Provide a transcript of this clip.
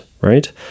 right